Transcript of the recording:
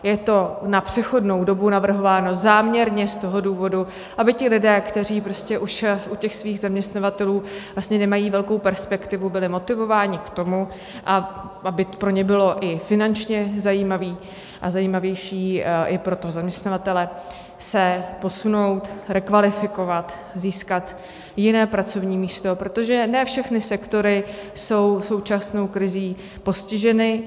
Je to na přechodnou dobu navrhováno záměrně z toho důvodu, aby lidé, kteří už u svých zaměstnavatelů nemají velkou perspektivu, byli motivováni k tomu, a aby pro ně bylo i finančně zajímavé a zajímavější, i pro toho zaměstnavatele, se posunout, rekvalifikovat, získat jiné pracovní místo, protože ne všechny sektory jsou současnou krizí postiženy.